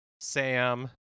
Sam